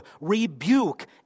rebuke